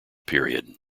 period